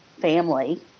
family